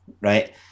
right